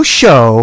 show